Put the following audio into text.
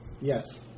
Yes